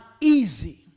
easy